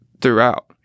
throughout